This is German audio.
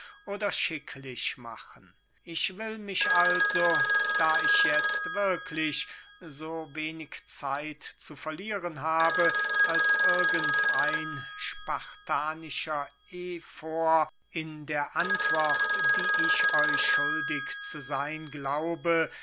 oder schicklich machen ich will mich also da ich jetzt wirklich so wenig zeit zu verlieren habe als irgend ein spartanischer efor in der antwort die ich euch schuldig zu seyn glaube